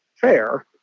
fair